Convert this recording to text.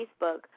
Facebook